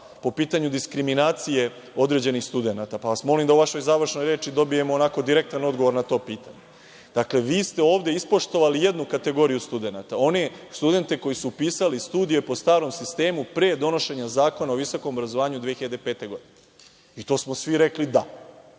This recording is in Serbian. po pitanju diskriminacije određenih studenata, pa vas molim da u vašoj završnoj reči dobijemo onako direktan odgovor na to pitanje. Vi ste ovde ispoštovali jednu kategoriju studenata, one studente koji su upisali studije po starom sistemu, pre donošenja Zakona o visokom obrazovanju 2005. godine, i to smo svi rekli da.